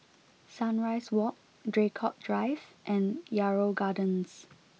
Sunrise Walk Draycott Drive and Yarrow Gardens